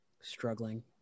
struggling